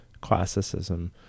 classicism